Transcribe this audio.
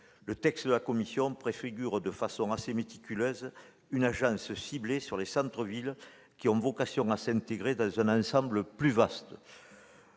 le texte de la commission préfigure de façon assez méticuleuse la création d'une agence à l'action ciblée sur les centres-villes qui ont vocation à s'intégrer dans un ensemble plus vaste.